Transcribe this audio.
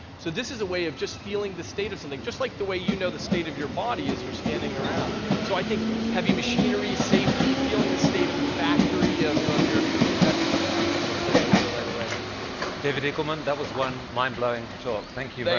so this is a way of just feeling the state of something, just like the way you know the state of your body as you're standing around. so i think heavy machinery, safety, feeling the state of a factory, of of your equipment, that's that's one place it'll go right away. ca david eagleman, that was one mind-blowing talk. thank you